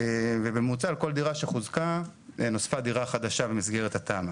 ובממוצע על כל דירה שחוזקה נוספה דירה חדשה במסגרת התמ"א.